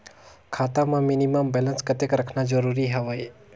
खाता मां minimum balance कतेक रखना जरूरी हवय?